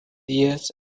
years